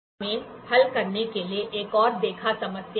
हमें हल करने के लिए एक और देखा समस्या ले